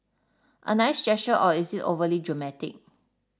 a nice gesture or is it overly dramatic